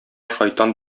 шайтан